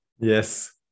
Yes